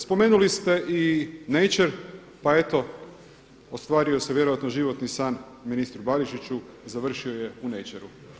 Spomenuli ste i Naicher, pa eto ostvario se vjerojatno životni san ministru Barišiću, završio je u Naicheru.